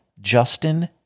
Justin